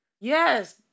Yes